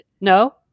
no